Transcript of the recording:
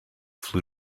flew